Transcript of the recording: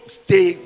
stay